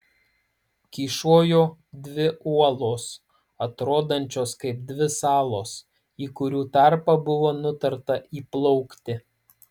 kyšojo dvi uolos atrodančios kaip dvi salos į kurių tarpą buvo nutarta įplaukti